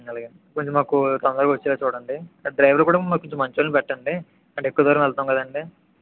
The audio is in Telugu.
అలాగేనండి కొంచెం మాకు తొందరగా వచ్చేలా చూడండి డ్రైవర్ కూడా మాకు కొంచెం మంచోళ్ళని పెట్టండి అంటే ఎక్కువ దూరం వెళ్తాం కదండి